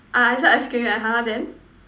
ah I say ice cream eh !huh! then